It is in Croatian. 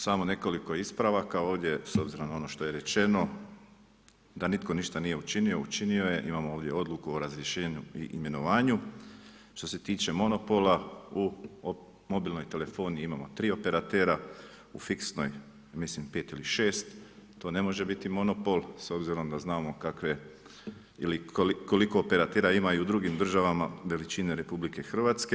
Samo nekoliko ispravaka ovdje s obzirom na ono što je rečeno, da nitko ništa nije učinio, učinio je, imamo ovdje odluku o razriješenu i imenovanju, što se tiče monopola u mobilnoj telefoniji, imamo 3 operatera, u fiksnoj, mislim 5 ili 6, to ne može biti monopol, s obzirom da znamo koliko operatera ima i u drugim državama veličine RH.